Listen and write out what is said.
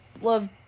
love